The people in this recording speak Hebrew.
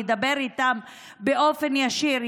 ידבר איתם באופן ישיר,